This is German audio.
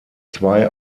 zwei